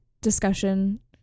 discussion